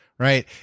Right